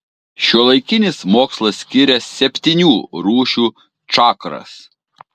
šiuolaikinis mokslas skiria septynių rūšių čakras